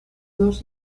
dos